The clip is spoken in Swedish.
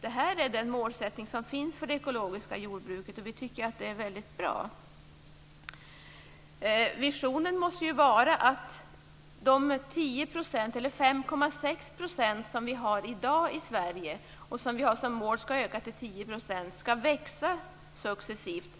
Det här är den målsättning som finns för det ekologiska jordbruket, och vi tycker att den är väldigt bra. Visionen måste ju vara att de 5,6 % som vi har i dag - och som vi har som mål skall öka till 10 %- skall växa successivt.